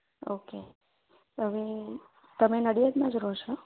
okay હવે તમે નડીયાદ માંજ રો છો